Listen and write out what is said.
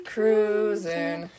Cruising